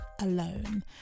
alone